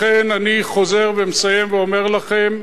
לכן אני חוזר, ומסיים, ואומר לכם: